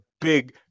big